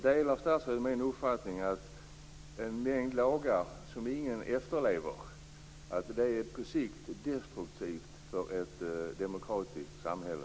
Delar statsrådet min uppfattning att en mängd lagar som ingen efterlever på sikt är destruktivt för ett demokratiskt samhälle?